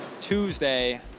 Tuesday